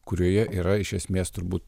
kurioje yra iš esmės turbūt